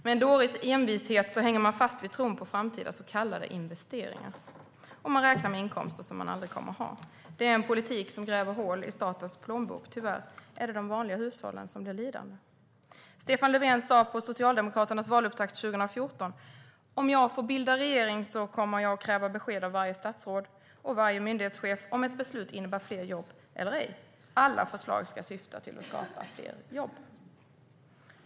Med en dåres envishet hänger man fast vid tron på framtida så kallade investeringar. Och man räknar med inkomster som man aldrig kommer att ha. Det är en politik som gräver hål i statens plånbok. Tyvärr är det de vanliga hushållen som blir lidande. Stefan Löfven sa på Socialdemokraternas valupptakt 2014: Om jag får bilda regering kommer jag att kräva besked av varje statsråd och varje myndighetschef om ett beslut innebär fler jobb eller ej. Alla förslag ska syfta till att skapa fler jobb.